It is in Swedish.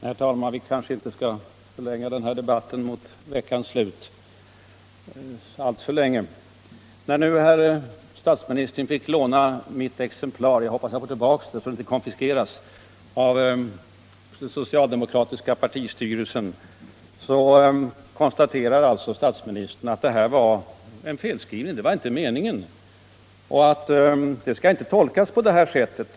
Herr talman! Vi kanske inte skall förlänga den här debatten alltför långt mot veckans slut. När herr statsministern fick låna mitt exemplar - jag hoppas jag får det tillbaka så det inte konfiskeras av den socialdemokratiska partistyrelsen — konstaterar alltså statsministern att det här var en felskrivning, det var inte meningen, och att det inte skulle tolkas på det här sättet.